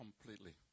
completely